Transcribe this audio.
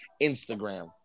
Instagram